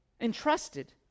Entrusted